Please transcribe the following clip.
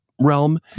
realm